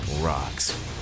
Rocks